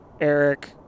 eric